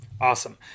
Awesome